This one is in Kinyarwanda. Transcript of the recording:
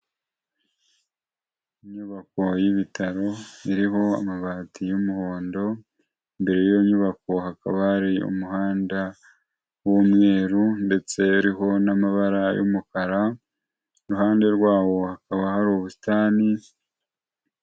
Inyubako y'ibitaro iriho amabati y'umuhondo, imbere y'iyo nyubako hakaba hari umuhanda w'umweru ndetse uriho n'amabara y'umukara, iruhande rwawo hakaba hari ubusitani.